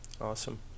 Awesome